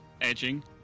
edging